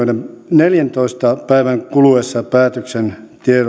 neljäntoista päivän kuluessa päätöksen